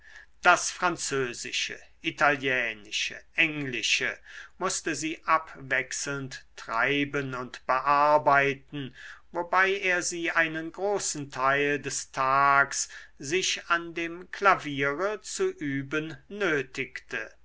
das französische italienische englische mußte sie abwechselnd treiben und bearbeiten wobei er sie einen großen teil des tags sich an dem klaviere zu üben nötigte